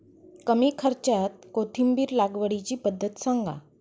कमी खर्च्यात कोथिंबिर लागवडीची पद्धत सांगा